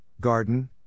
garden